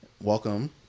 Welcome